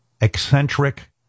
eccentric